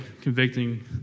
convicting